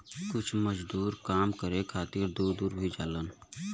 कुछ मजदूर काम करे खातिर दूर दूर भी जालन